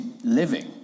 living